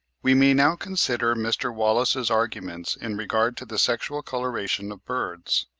we may now consider mr. wallace's arguments in regard to the sexual coloration of birds.